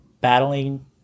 battling